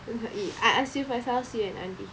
mm !ee! I ask you first how's you and Andy